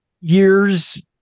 years